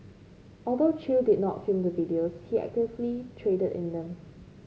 although Chew did not film the videos he actively traded in them